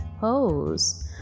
pose